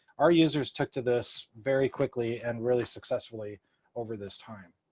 our users took to this very quickly and really successfully over this time.